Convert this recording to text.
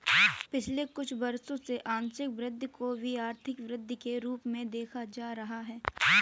पिछले कुछ वर्षों से आंशिक वृद्धि को भी आर्थिक वृद्धि के रूप में देखा जा रहा है